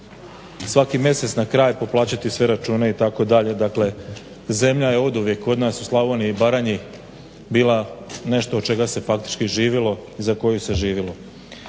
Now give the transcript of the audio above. svake mesec na kraj poplaćati sve račune itd. Dakle, zemlja je oduvek kod nas u Slavoniji i Baranji bila nešto od čega se faktički živilo i za koju se živilo.